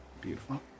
Beautiful